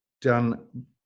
done